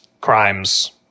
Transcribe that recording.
crimes